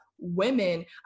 Women